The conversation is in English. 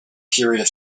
period